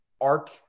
arc